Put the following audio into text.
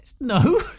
No